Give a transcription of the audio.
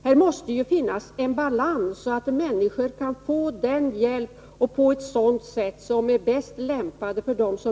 Här måste finnas en balans så att människor kan få den hjälp som är bäst lämpad för dem.